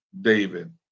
david